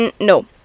no